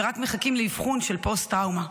ורק מחכים לאבחון של פוסט-טראומה.